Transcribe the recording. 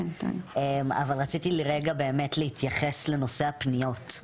אבל רציתי לרגע באמת להתייחס לנושא הפניות.